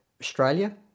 Australia